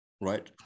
right